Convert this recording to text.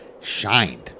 shined